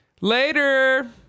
later